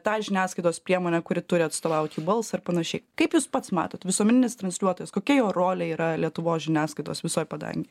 tą žiniasklaidos priemonę kuri turi atstovauti balsą panašiai kaip jūs pats matot visuomeninis transliuotojas kokia jo rolė yra lietuvos žiniasklaidos visoj padangėj